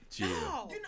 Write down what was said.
no